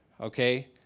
Okay